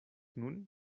nun